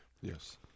Yes